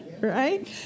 right